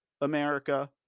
America